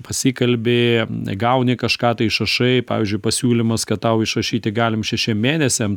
pasikalbi gauni kažką tai išrašai pavyzdžiui pasiūlymas kad tau išrašyti galim šešiem mėnesiam